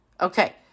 Okay